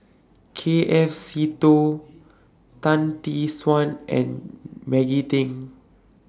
K F Seetoh Tan Tee Suan and Maggie Teng